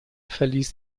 verließ